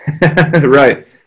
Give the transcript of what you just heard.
right